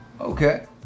Okay